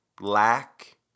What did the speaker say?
lack